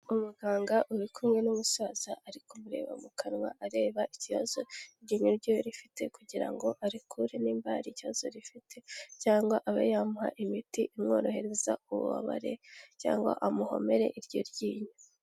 Umuganga uri kumwe n'umusaza, ariko mureba mu kanwa, areba ikibazo iryinyo rye rifite, kugira ngo arikure niba hari ikibazo rifite, cyangwa abe yamuha imiti imworohereza ububabare, cyangwa amuhomere iryo ryinyo.